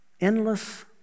Endless